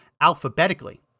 alphabetically